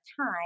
time